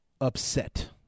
upset